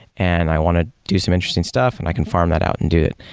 and i want to do some interesting stuff, and i can farm that out and do it.